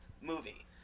movie